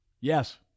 Yes